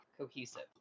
cohesive